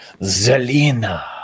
Zelina